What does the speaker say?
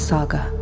Saga